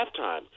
halftime